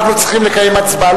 אנחנו צריכים לקיים הצבעה.